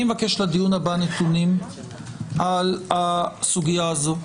אני מבקש לדיון הבא נתונים על הסוגיה הזו.